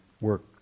work